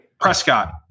Prescott